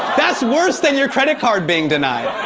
that's worse than your credit card being denied.